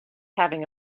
having